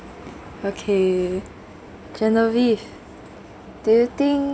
okay genevie do you think